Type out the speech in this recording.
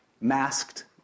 masked